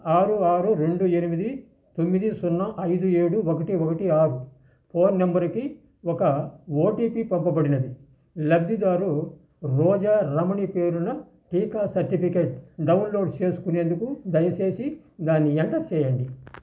ఆరు ఆరు రెండు ఎనిమిది తొమ్మిది సున్నా ఐదు ఏడు ఒకటి ఒకటి ఆరు ఫోన్ నెంబరుకి ఒక ఓటీపీ పంపబడినది లబ్ధిదారు రోజా రమణి పేరున టీకా సర్టిఫికెట్ డౌన్లోడ్ చేసుకునేందుకు దయచేసి దాన్ని ఎంటర్ సేయండి